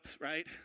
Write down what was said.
right